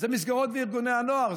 זה מסגרות וארגוני הנוער.